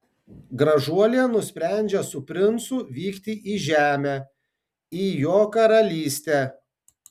gražuolė nusprendžia su princu vykti į žemę į jo karalystę